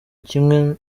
kimwe